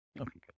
okay